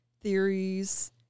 theories